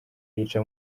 yica